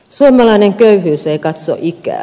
suomalainen köyhyys ei katso ikää